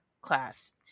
class